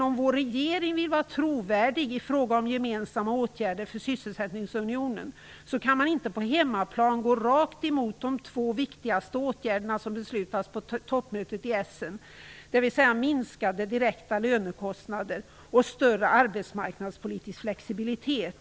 Om vår regering vill vara trovärdig i fråga om gemensamma åtgärder för sysselsättningsunionen, kan den inte på hemmaplan gå rakt emot de två viktigaste åtgärderna som det fattats beslut om på toppmötet i Essen. Det gäller minskade direkta lönekostnader och större arbetsmarknadspolitisk flexibilitet.